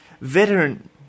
Veteran